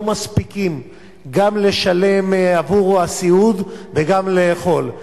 מספיקים כדי גם לשלם עבור הסיעוד וגם לאכול.